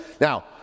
Now